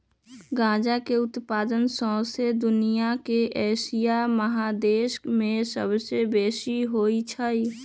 गजा के उत्पादन शौसे दुनिया में एशिया महादेश में सबसे बेशी होइ छइ